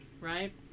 Right